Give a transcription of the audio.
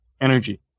energy